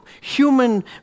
human